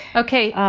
ok,